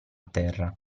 terra